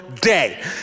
day